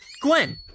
Gwen